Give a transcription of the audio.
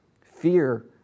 Fear